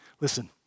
Listen